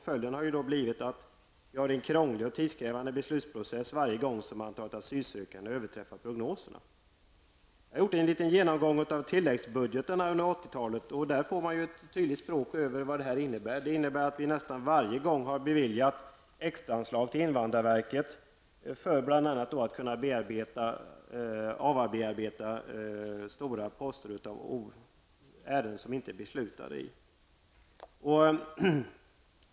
Följden har blivit en krånglig och tidskrävande beslutsprocess varje gång som antalet asylsökande har överträffat prognoserna. Jag har gjort en genomgång av tilläggsbudgetarna under 1980-talet, och dessa talar sitt tydliga språk. Nästan varje gång har vi beviljat extraanslag till invandrarverket för att det skall hinna behandla ett stort antal ärenden i vilka beslut inte har fattats.